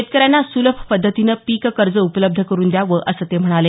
शेतकऱ्यांना सुलभ पद्धतीनं पीक कर्ज उपलब्ध करुन द्यावं असंही ते म्हणाले